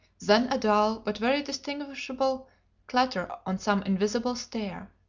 then a dull but very distinguishable clatter on some invisible stair.